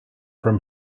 from